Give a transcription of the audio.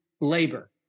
labor